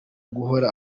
guhora